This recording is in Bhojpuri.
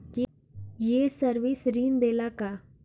ये सर्विस ऋण देला का?